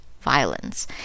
violence